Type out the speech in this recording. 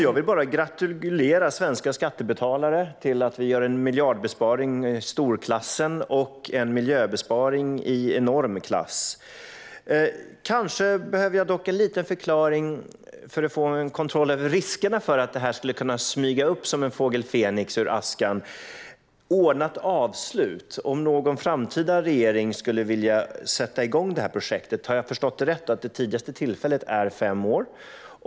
Jag vill gratulera svenska skattebetalare till att vi gör en miljardbesparing i storklassen och en miljöbesparing i enorm klass. Kanske behöver jag dock en liten förklaring för att få kontroll över riskerna för att det här skulle kunna smyga upp som fågel Fenix ur askan. Ministern talar om ett ordnat avslut. Om någon framtida regering skulle vilja sätta igång det här projektet, har jag förstått rätt att det tidigaste tillfället är om fem år?